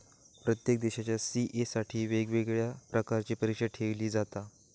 प्रत्येक देशाच्या सी.ए साठी वेगवेगळ्या प्रकारची परीक्षा ठेयली जाता